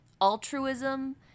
Altruism